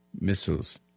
missiles